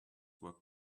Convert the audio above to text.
were